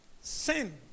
Sin